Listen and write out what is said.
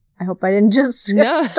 i hope i didn't just